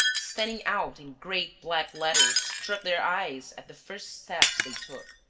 standing out in great black letters, struck their eyes at the first steps they took.